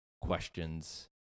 questions